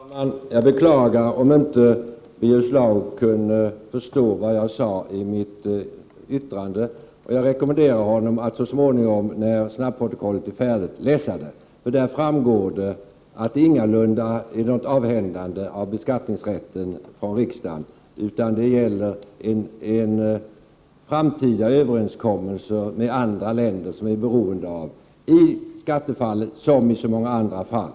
Herr talman! Jag beklagar om Birger Schlaug inte kunde förstå vad jag sade i mitt yttrande. Jag rekommenderar honom att läsa snabbprotokollet när det så småningom är färdigt. Där framgår det att det ingalunda är fråga om att riksdagen skall avhända sig beskattningsrätten, utan det gäller en framtida överenskommelse med länder som vi är beroende av, i skattefallet som i så många andra fall.